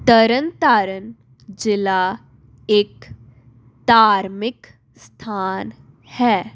ਤਰਨ ਤਾਰਨ ਜ਼ਿਲ੍ਹਾ ਇੱਕ ਧਾਰਮਿਕ ਸਥਾਨ ਹੈ